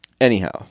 Anyhow